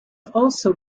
also